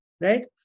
right